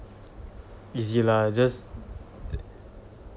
easy lah just